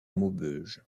maubeuge